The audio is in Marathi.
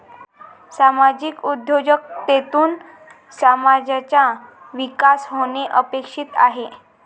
सामाजिक उद्योजकतेतून समाजाचा विकास होणे अपेक्षित आहे